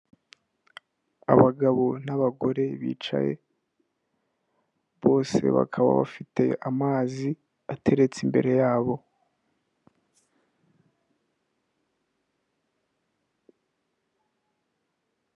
Abagabo n'abagore bicaye bose bakaba bafite amazi ateretse imbere yabo.